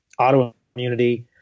autoimmunity